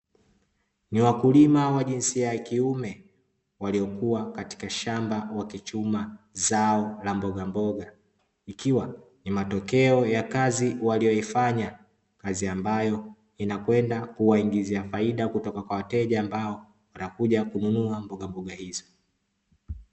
Ni wakulima wa jinsia ya kiume waliokuwa katika shamba wakichuma zao la mbogamboga ikiwa ni matokeo ya kazi waliyoifanya, kazi ambayo inakwenda kuwaingizia faida kutoka kwa wateja ambao wanakuja kununua mbogamboga hizo.